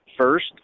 first